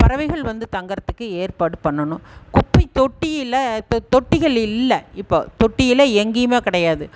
பறவைகள் வந்து தங்கிறத்துக்கு ஏற்பாடு பண்ணணும் குப்பை தொட்டியில் இப்போ தொட்டிகள் இல்லை இப்போ தொட்டிகளே எங்கேயுமே கிடையாது